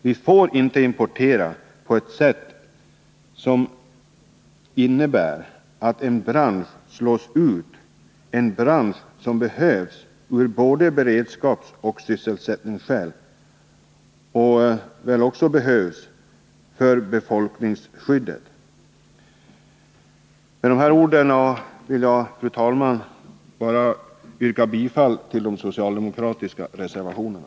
Vi får inte importera på ett sätt som innebär att vi slår ut en bransch som behövs av beredskapsskäl, av sysselsättningsskäl och för befolkningsskyddet. Med dessa ord vill jag, fru talman, yrka bifall till de socialdemokratiska reservationerna.